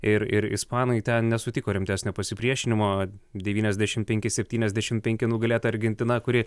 ir ir ispanai ten nesutiko rimtesnio pasipriešinimo devyniasdešimt penki septyniasdešimt penki nugalėti argentina kuri